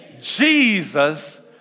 Jesus